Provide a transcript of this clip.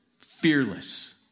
Fearless